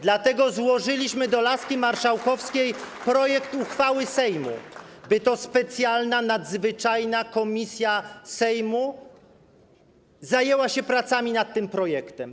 Dlatego złożyliśmy do laski marszałkowskiej projekt uchwały Sejmu, by to specjalna, nadzwyczajna komisja Sejmu zajęła się pracami nad tym projektem.